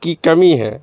کی کمی ہے